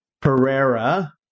Pereira